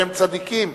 צדיקים,